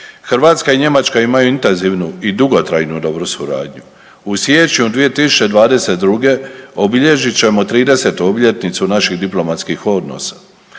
Hrvatska i Njemačka imaju intenzivnu i dugotrajnu dobru suradnju. U siječnju 2022. obilježit ćemo 30 obljetnicu naših diplomatskih odnosa.